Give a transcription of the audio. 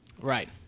Right